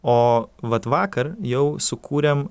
o vat vakar jau sukūrėm